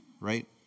right